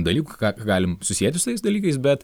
dalykų ką galim susieti su tais dalykais bet